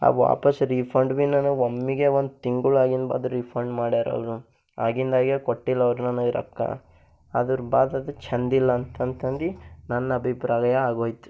ಆ ವಾಪಾಸ್ ರೀಫಂಡ್ ಬಿ ನನಗೆ ಒಮ್ಮಿಗೆ ಒಂದು ತಿಂಗಳು ಆಗಿನ ಬಾದು ರೀಫಂಡ್ ಮಾಡ್ಯಾರೆ ಅವರು ಆಗಿಂದಾಗೆ ಕೊಟ್ಟಿಲ್ಲ ಅವ್ರು ನನಗೆ ರೊಕ್ಕ ಅದ್ರ ಬಾದದು ಛಂದಿಲ್ಲ ಅಂತಂದು ನನ್ನ ಅಭಿಪ್ರಾಯ ಆಗೋಯ್ತು